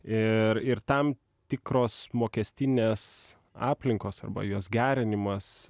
ir ir tam tikros mokestinės aplinkos arba jos gerinimas